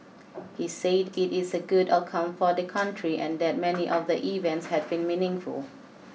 he said it is a good outcome for the country and that many of the events had been meaningful